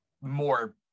more